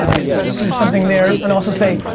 in parentheses or something there and also say,